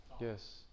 Yes